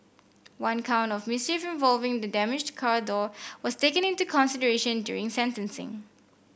one count of mischief involving the damaged car door was taken into consideration during sentencing